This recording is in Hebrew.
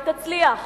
היא תצליח.